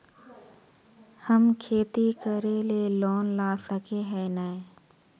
हम खेती करे ले लोन ला सके है नय?